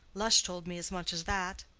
lush told me as much as that.